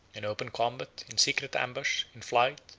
in open combat, in secret ambush, in flight,